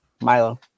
Milo